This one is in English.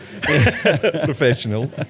professional